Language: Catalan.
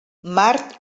mart